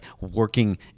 working